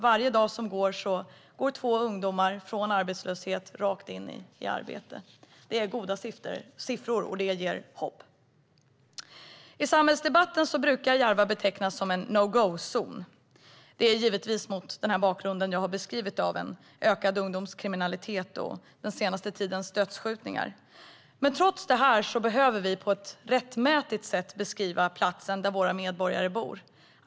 Varje dag går två ungdomar från arbetslöshet rakt in i arbete. Det är goda siffror som ger hopp. I samhällsdebatten brukar Järva betecknas som en no go-zon. Det är givetvis mot bakgrund av en ökad ungdomskriminalitet och den senaste tidens dödsskjutningar. Trots detta behöver vi på ett rättmätigt sätt beskriva platsen där våra medborgare bor.